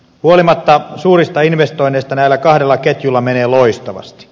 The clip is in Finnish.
huolimatta suurista investoinneista näillä kahdella ketjulla menee loistavasti